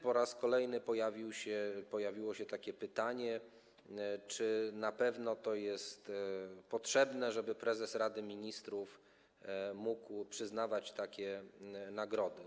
Po raz kolejny pojawiło się takie pytanie, czy na pewno jest potrzebne to, żeby prezes Rady Ministrów mógł przyznawać takie nagrody.